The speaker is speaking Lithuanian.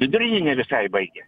vidurinę nevisai baigę